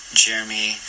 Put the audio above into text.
jeremy